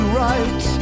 right